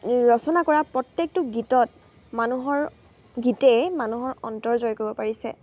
ৰচনা কৰা প্ৰত্যেকটো গীতত মানুহৰ গীতেই মানুহৰ অন্তৰ জয় কৰিব পাৰিছে